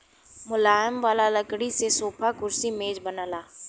मुलायम वाला लकड़ी से सोफा, कुर्सी, मेज बनला